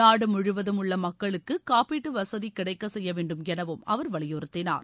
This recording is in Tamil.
நாடு முழுவதும் உள்ள மக்களுக்கு காப்பீடு வசதி கிடைக்கச் செய்ய வேண்டும் எனவும் அவர் வலியுறுத்தினார்